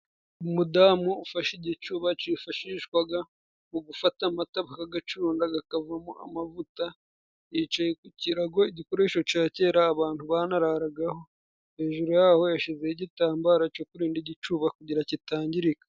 Umudamu ufashe igicuba cyifashishwaga mu gufata amata bakagacunda kakavamo amavuta, yicaye ku kirago, igikoresho ca kera abantu banararagaho, hejuru yaho yashizeho igitambara co kurinda igicuba kugira ngo kitangirika.